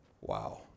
Wow